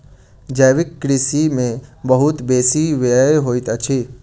जैविक कृषि में बहुत बेसी व्यय होइत अछि